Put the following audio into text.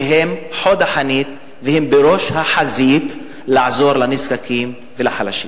שהם חוד החנית והם בראש החזית לעזור לנזקקים ולחלשים.